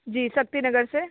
जी शक्ति नगर से